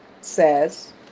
says